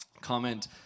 comment